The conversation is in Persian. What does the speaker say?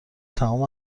تمام